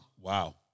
Wow